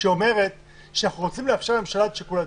שאומרת שאנחנו רוצים לאפשר לממשלה שאת שיקול הדעת,